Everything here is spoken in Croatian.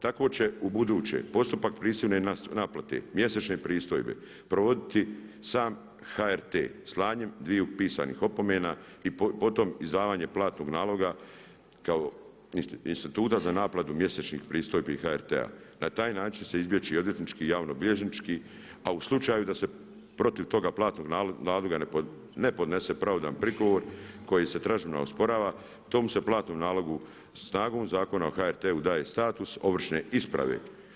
Tako će ubuduće postupak prisilne naplate mjesečne pristojbe provoditi sam HRT slanjem dviju pisanih opomena i po tom izdavanje platnog naloga kao instituta za naplatu mjesečnih pristojbi HRT-a. na taj način će se izbjeći odvjetnički i javnobilježnički, a u slučaju da se protiv toga platnog naloga ne podnese pravodoban prigovor kojim se tražbina osporava tom se platnom nalogu snagom Zakona o HRT-u daje status ovršne isprave.